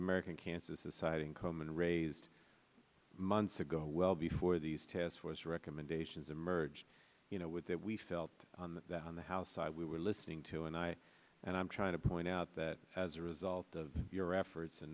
american cancer society and komen raised months ago well before these tests or its recommendations emerged you know with that we felt that on the house side we were listening to and i and i'm trying to point out that as a result of your efforts